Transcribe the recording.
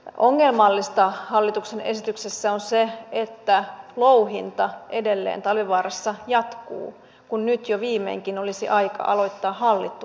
ongelmallista hallituksen esityksessä on se että louhinta edelleen talvivaarassa jatkuu kun nyt jo viimeinkin olisi aika aloittaa hallittu alasajo